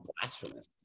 blasphemous